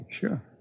Sure